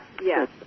Yes